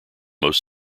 most